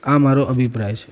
આ મારો અભિપ્રાય છે